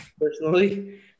personally